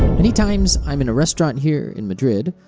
many times i am in a restaurant here, in madrid,